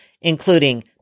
including